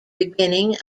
beginning